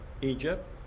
Egypt